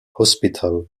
hospital